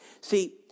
See